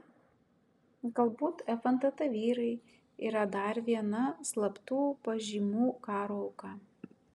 galbūt fntt vyrai yra dar viena slaptų pažymų karo auka